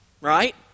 right